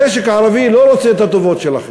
המשק הערבי לא רוצה את הטובות שלכם.